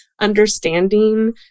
understanding